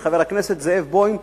חבר הכנסת זאב בוים,